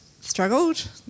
struggled